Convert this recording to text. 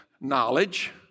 knowledge